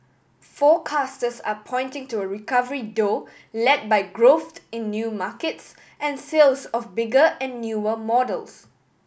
forecasters are pointing to a recovery though led by growth in new markets and sales of bigger and newer models